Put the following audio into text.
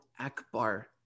Akbar